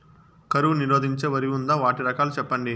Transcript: కరువు నిరోధించే వరి ఉందా? వాటి రకాలు చెప్పండి?